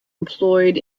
employed